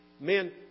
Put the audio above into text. Men